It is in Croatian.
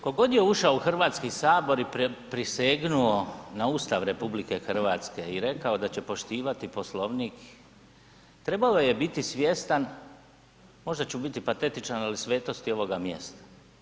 Tko god je ušao u Hrvatski sabor i prisegnuo na Ustav RH i rekao da će poštivati Poslovnik, trebao je biti svjestan, možda ću biti patetičan ali svetosti ovoga mjesta.